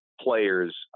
players